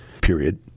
period